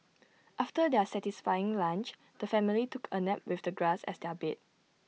after their satisfying lunch the family took A nap with the grass as their bed